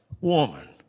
woman